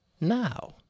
now